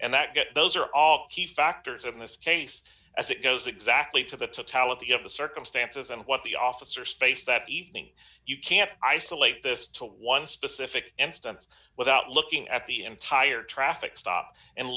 and that get those are all key factors in this case as it goes exactly to the totality of the circumstances and what the officers face that evening you can't isolate this to one specific instance without looking at the entire traffic stop and